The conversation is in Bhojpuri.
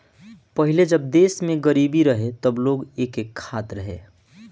पहिले जब देश में गरीबी रहे तब लोग एके खात रहे